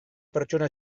pertsona